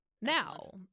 now